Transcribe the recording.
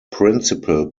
principal